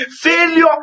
failure